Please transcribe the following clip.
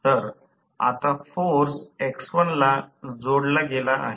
तर आता फोर्स जोडला गेला आहे